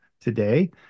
today